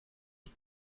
die